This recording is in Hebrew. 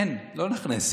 אין, לא נכנסת.